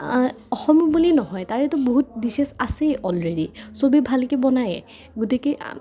অসম বুলি নহয় তাৰেতো বহুত ডিছেছ আছেই অলৰেডি চবে ভালকৈ বনায়েই গতিকে